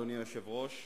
אדוני היושב-ראש,